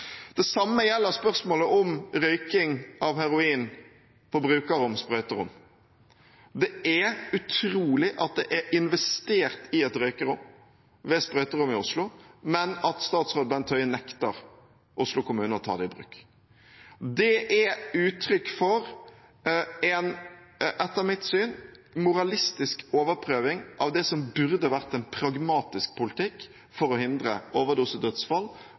Det samme gjelder spørsmålet om røyking av heroin på brukerrom/sprøyterom. Det er utrolig at det er investert i et røykerom ved sprøyterommet i Oslo, men at statsråd Bent Høie nekter Oslo kommune å ta det i bruk. Det er uttrykk for en etter mitt syn moralistisk overprøving av det som burde vært en pragmatisk politikk for å hindre overdosedødsfall